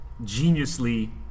geniusly